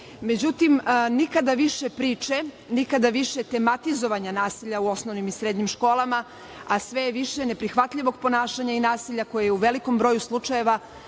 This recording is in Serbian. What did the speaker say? problema.Međutim, nikada više priče, nikada više tematizovanja nasilja u osnovim i srednjim školama, a sve je više neprihvatljivog ponašanja i nasilja koje je u velikom broju slučajeva